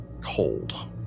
cold